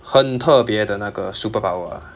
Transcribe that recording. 很特别的那个 superpower